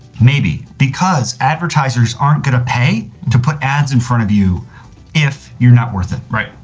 maybe because advertisers aren't going to pay to put ads in front of you if you're not worth it, right.